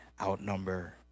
outnumber